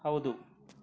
ಹೌದು